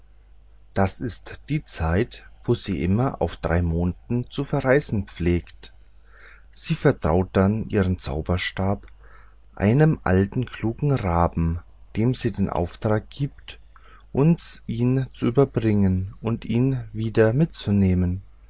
das ist die zeit wo sie immer auf drei monden zu verreisen pflegt sie vertraut dann ihren zauberstab einem alten klugen raben dem sie den auftrag gibt uns ihn zu überbringen und ihn wieder mitzunehmen